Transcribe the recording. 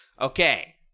Okay